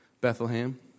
Bethlehem